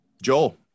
Joel